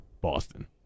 Boston